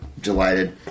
delighted